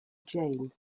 jane